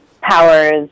powers